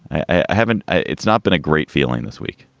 i haven't ah it's not been a great feeling this week